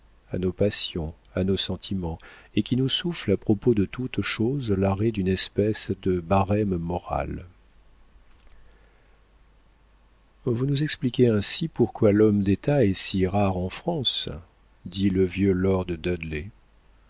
à nos passions à nos sentiments et qui nous souffle à propos de toute chose l'arrêt d'une espèce de barême moral vous nous expliquez ainsi pourquoi l'homme d'état est si rare en france dit le vieux lord